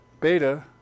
Beta